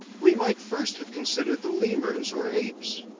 we might first have considered the lemurs or apes.